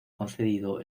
concedido